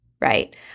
right